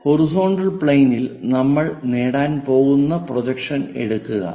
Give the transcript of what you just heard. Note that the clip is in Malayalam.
ഹൊറിസോണ്ടൽ പ്ലെയിനിൽ നമ്മൾ നേടാൻ പോകുന്ന പ്രൊജക്ഷൻ എടുക്കുക